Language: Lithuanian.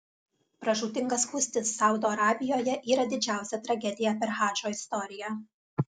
pražūtinga spūstis saudo arabijoje yra didžiausia tragedija per hadžo istoriją